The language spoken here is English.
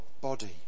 body